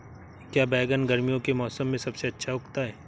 क्या बैगन गर्मियों के मौसम में सबसे अच्छा उगता है?